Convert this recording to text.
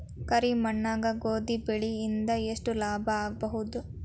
ಕರಿ ಮಣ್ಣಾಗ ಗೋಧಿ ಬೆಳಿ ಇಂದ ಎಷ್ಟ ಲಾಭ ಆಗಬಹುದ?